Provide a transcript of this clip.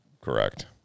correct